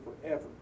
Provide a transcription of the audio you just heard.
forever